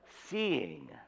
seeing